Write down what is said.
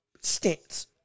stance